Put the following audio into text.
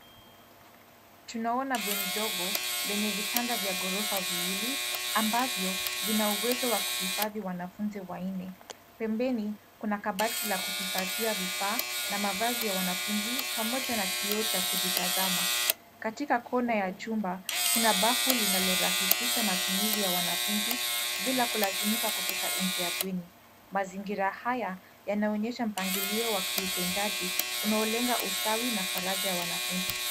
Tunaona bweni dogo lenye vitanda vya ghorofa viwili ambavyo vina uwezo wa kuhifadhi wanafunzi wanne. Pembeni kuna kabati la kuhifadhia vifaa na mavazi ya wanafunzi pamoja na kioo cha kujitazama. Katika kon ala chumba, kuna bafu linalorahisiha matumizi ya wanafunzi bila kulazimika kutoka nje ya bweni. Mazingira haya yanaonyesha mpangilio wa kiutendaji unaolenga ustawi na faraja ya wanafunzi.